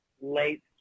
late